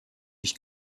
ich